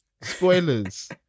spoilers